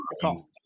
call